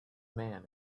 man